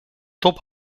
top